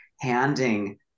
handing